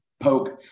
poke